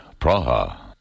Praha